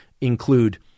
include